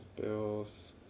Bills